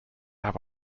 have